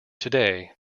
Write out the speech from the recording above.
today